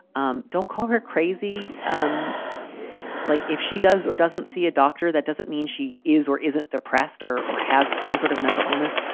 um don't call her crazy. um like if she does or doesn't see a doctor, that doesn't mean she is or isn't depressed or or has some sort of mental illness.